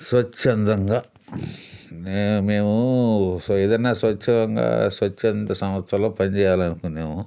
స్వచ్ఛందంగా నే మేము ఏదన్నా స్వచ్ఛందంగా స్వచ్చంద సంస్థలో పనిచెయ్యాలనుకునేము